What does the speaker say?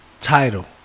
Title